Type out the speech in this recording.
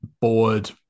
bored